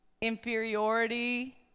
Inferiority